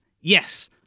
Yes